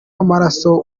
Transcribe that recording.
w’amaraso